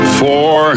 four